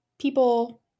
people